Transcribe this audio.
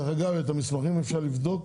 אגב, את המסמכים אפשר לבדוק.